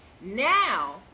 now